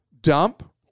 dump